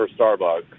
Starbucks